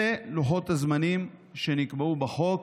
אלה לוחות הזמנים שנקבעו בחוק,